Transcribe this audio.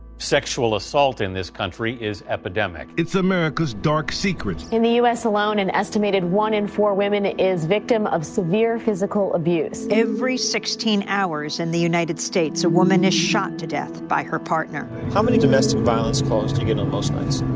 sexual assault in this country is epidemic it's america's dark secret in the u s. alone, an estimated one in four women is victim of severe physical abuse every sixteen hours in the united states, a woman is shot to death by her partner how many domestic violence calls do you get on most nights?